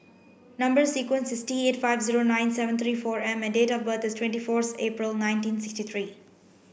number sequence is T eight five zero nine seven three four M and date of birth is twenty fourth April nineteen sixty three